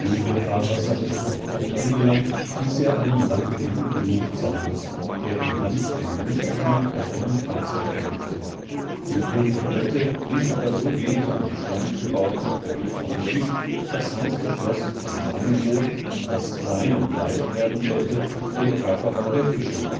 fahrwasser der triftbucht angelangt stieß er einen langgedehnten juchzer aus der in hans den wunsch nach einem eigenen fahrzeug erweckte die plumpe plätte glich aber so wenig einem schlank gebauten beweglichen fisch daß hans beschloß bei seinem boot das klein und leicht werden sollte den körperbau der